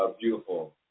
Beautiful